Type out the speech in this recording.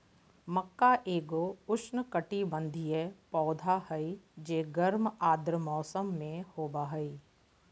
मक्का एगो उष्णकटिबंधीय पौधा हइ जे गर्म आर्द्र मौसम में होबा हइ